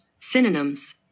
Synonyms